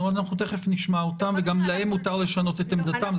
אנחנו תכף נשמע אותם וגם להם מותר לשנות את עמדתם,